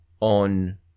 on